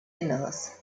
inneres